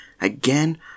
again